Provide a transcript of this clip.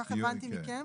כך הבנתי מכם,